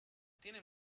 tienen